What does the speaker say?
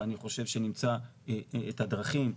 ואני חושב שנמצא את הדרכים.